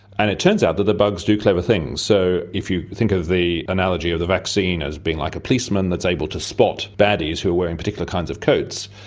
and it turns out that the bugs do clever things. so if you think of the analogy of the vaccine as being like a policeman that's able to spot baddies who are wearing particular kinds of coats,